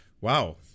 Wow